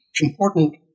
important